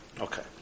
Okay